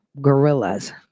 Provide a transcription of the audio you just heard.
gorillas